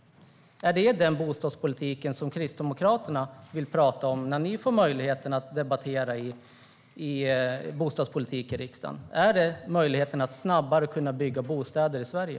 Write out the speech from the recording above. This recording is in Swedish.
Är det den bostadspolitik ni i Kristdemokraterna vill tala om när ni får möjlighet att debattera bostadspolitik i riksdagen, Caroline Szyber? Är det möjligheten att snabbare kunna bygga bostäder i Sverige?